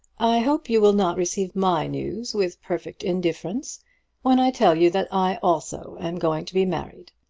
i hope you will not receive my news with perfect indifference when i tell you that i also am going to be married.